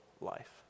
life